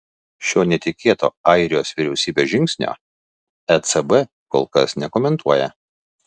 šio netikėto airijos vyriausybės žingsnio ecb kol kas nekomentuoja